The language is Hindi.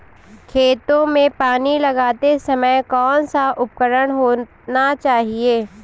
खेतों में पानी लगाते समय कौन सा उपकरण होना चाहिए?